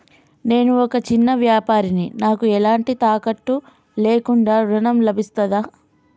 నేను ఒక చిన్న వ్యాపారిని నాకు ఎలాంటి తాకట్టు లేకుండా ఋణం లభిస్తదా?